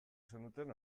zenuten